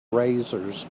razors